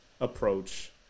approach